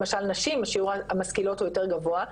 למשל נשים שיעור המשכילות הוא יותר גבוה.